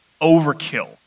overkill